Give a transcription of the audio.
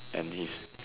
and he's